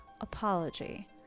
apology